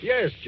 Yes